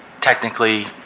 technically